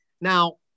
Now